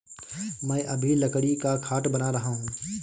मैं अभी लकड़ी का खाट बना रहा हूं